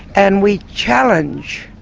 and we challenge